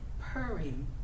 purring